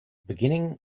beginning